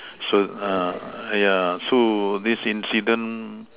so uh yeah so this incident